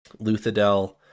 Luthadel